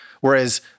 Whereas